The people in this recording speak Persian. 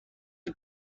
این